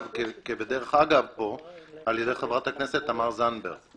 כבדרך אגב פה על ידי חברת הכנסת תמר זנדברג